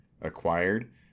acquired